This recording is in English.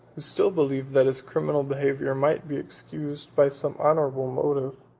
who still believed that his criminal behavior might be excused by some honorable motive,